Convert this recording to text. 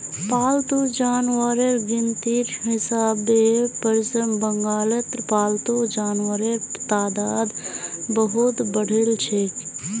पालतू जानवरेर गिनतीर हिसाबे पश्चिम बंगालत पालतू जानवरेर तादाद बहुत बढ़िलछेक